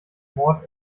mord